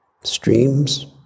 streams